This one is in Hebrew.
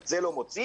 את זה לא מוצאים?